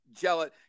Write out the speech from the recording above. jealous